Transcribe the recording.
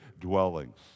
dwellings